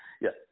yes